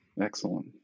Excellent